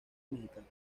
mexicana